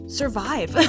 survive